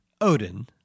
Odin